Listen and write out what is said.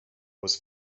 was